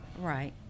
Right